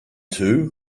too